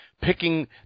picking –